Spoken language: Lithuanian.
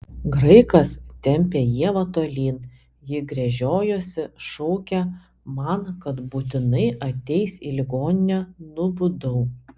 graikas tempė ievą tolyn ji gręžiojosi šaukė man kad būtinai ateis į ligoninę nubudau